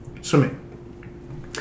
swimming